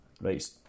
Right